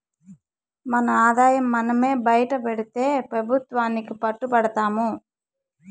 మన ఆదాయం మనమే బైటపెడితే పెబుత్వానికి పట్టు బడతాము